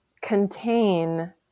contain